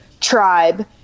tribe